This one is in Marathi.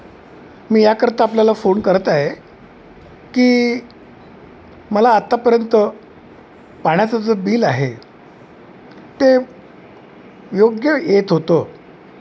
मी याकरता आपल्याला फोन करत आहे की मला आत्तापर्यंत पाण्याचा जो बिल आहे ते योग्य येत होतं